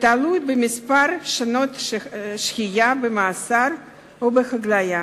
ותלוי במספר שנות השהייה במאסר או בהגליה.